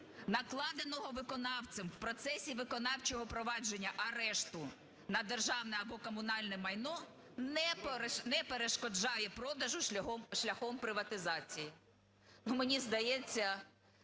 накладеного виконавцем в процесі виконавчого провадження арешту на державне або комунальне майно не перешкоджає продажу шляхом приватизації. Мені здається